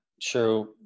sure